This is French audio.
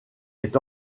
est